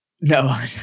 No